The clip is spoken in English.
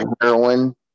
heroin